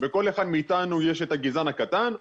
בכל אחד מאיתנו יש את הגזען הקטן,